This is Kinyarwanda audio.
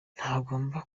ntagomba